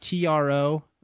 TRO